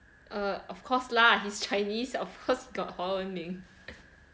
of course lah he is chinese of course got 华文名